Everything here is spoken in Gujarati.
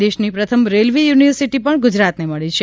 દેશની પ્રથમ રેલવે યુનિવર્સિટી પણ ગુજરાતને મળી છે